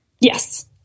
Yes